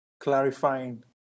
clarifying